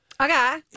Okay